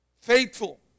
Faithful